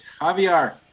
Javier